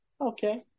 Okay